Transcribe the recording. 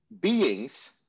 beings